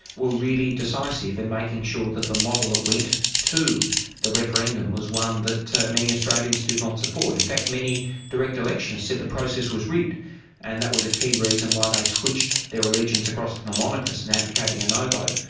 were really decisive in making sure that the model that went to the referendum was one that many australians did not support. in fact many direct electionists said the process was rigged and that was a key reason why they switched their allegiance across to the monarchists in advocating a no vote.